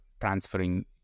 transferring